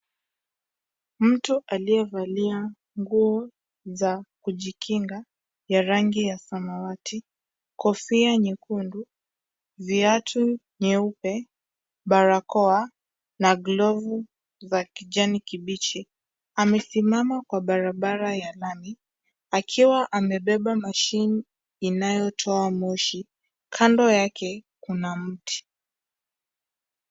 Mtu aliyevalia nguo za kujikinga ya rangi ya samawati kofia nyekundu viatu nyeupe, barakoa na glovu za kijani kibichi amesimama kwa barabara ya lami akiwa amebaba mashini inayotoa moshi kando yake kuna mti.